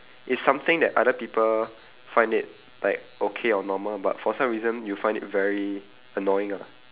it's something that other people find it like okay or normal but for some reason you find it very annoying lah